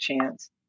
chance